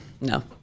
No